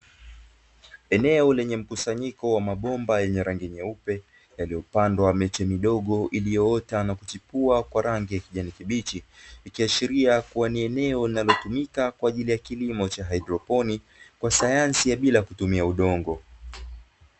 Eneo lenye mkusanyiko wa mabomba lenye rangi nyeupe, yaliyopandwa miche midogo iliyoota na kuchipua kwa rangi ya kijani kibichi, ikiashiria kuwa ni eneo linalotumika kwa ajili ya kilimo cha haidroponi, kwa sayansi ya bila kutumia udongo.